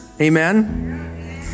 Amen